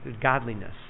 godliness